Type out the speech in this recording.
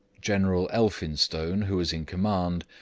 general elphinstone, who was in command,